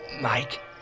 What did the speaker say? Mike